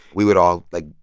we would all, like,